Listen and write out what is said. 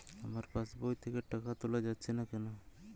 আমার পাসবই থেকে টাকা তোলা যাচ্ছে না কেনো?